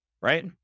right